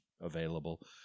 available